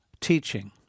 teaching